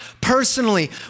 personally